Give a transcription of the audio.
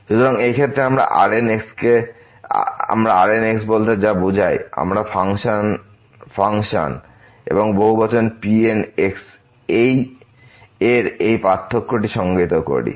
সুতরাং এই ক্ষেত্রে আমরা Rn বলতে যা বুঝাই আমরা ফাংশন এবং বহুবচন Pnএর এই পার্থক্যটি সংজ্ঞায়িত করি